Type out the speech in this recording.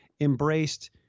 embraced